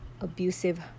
abusive